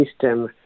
system